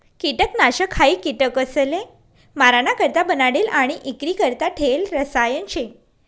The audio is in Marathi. किटकनाशक हायी किटकसले माराणा करता बनाडेल आणि इक्रीकरता ठेयेल रसायन शे